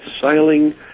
sailing